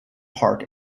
park